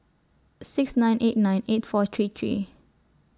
six nine eight nine eight four three three